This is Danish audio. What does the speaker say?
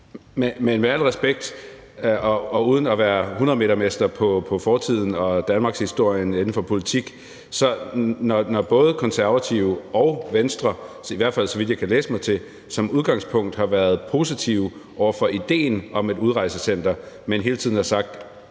Med al respekt og uden at være ekspert i fortiden og danmarkshistorien inden for politik når både Konservative og Venstre, i hvert fald så vidt jeg kan læse mig til, som udgangspunkt har været positive over for idéen om et udrejsecenter, men hele tiden har sagt,